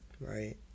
Right